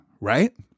right